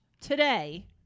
today